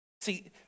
See